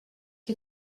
què